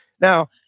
Now